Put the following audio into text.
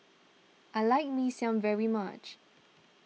I like Mee Siam very much